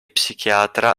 psichiatra